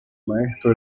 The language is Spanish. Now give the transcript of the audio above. maestro